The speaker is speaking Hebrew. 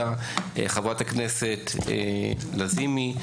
חברת הכנסת לזימי,